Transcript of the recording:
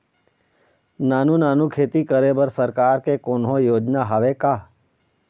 नानू नानू खेती करे बर सरकार के कोन्हो योजना हावे का?